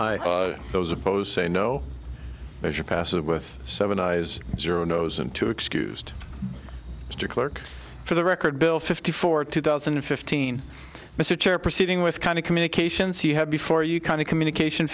i those opposed say no measure passive with seven eyes zero nose and two excused mr clerk for the record bill fifty four two thousand and fifteen mr chair proceeding with kind of communications you had before you kind of communication